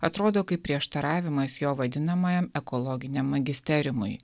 atrodo kaip prieštaravimas jo vadinamajam ekologiniam magisteriumui